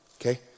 okay